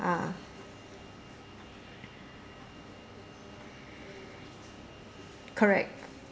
ah correct